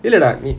இல்லடா:illada